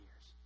years